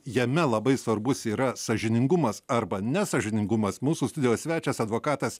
jame labai svarbus yra sąžiningumas arba nesąžiningumas mūsų studijos svečias advokatas